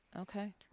Okay